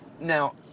Now